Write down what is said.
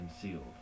concealed